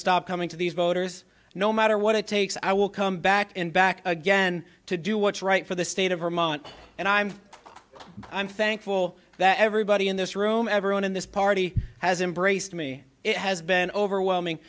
stop coming to these voters no matter what it takes i will come back and back again to do what's right for the state of vermont and i'm i'm thankful that everybody in this room everyone in this party has embraced me it has been overwhelming